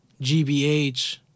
GBH